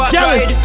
Jealous